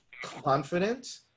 confident